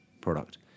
product